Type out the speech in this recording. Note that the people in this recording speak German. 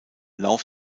lauf